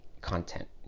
content